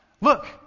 Look